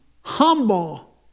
humble